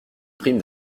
prime